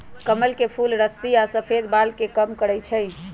कमल के फूल रुस्सी आ सफेद बाल के कम करई छई